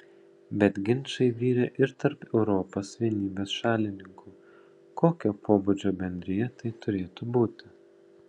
bet ginčai virė ir tarp europos vienybės šalininkų kokio pobūdžio bendrija tai turėtų būti